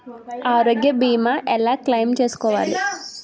ఆరోగ్య భీమా ఎలా క్లైమ్ చేసుకోవాలి?